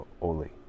Oli